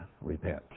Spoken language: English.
repent